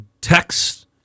text